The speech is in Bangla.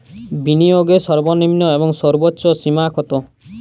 বিনিয়োগের সর্বনিম্ন এবং সর্বোচ্চ সীমা কত?